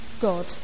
God